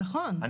נכון,